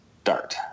start